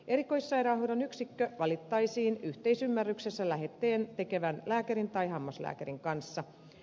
erikoissairaanhoidon yksikkö valittaisiin yhteisymmärryksessä lähetteen tekevän lääkärin tai hammaslääkärin kanssa